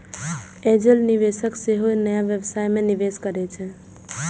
angel निवेशक सेहो नया व्यवसाय मे निवेश करै छै